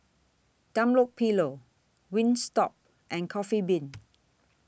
Dunlopillo Wingstop and Coffee Bean